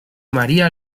maría